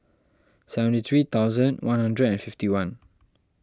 seventy three thousand one hundred and fifty one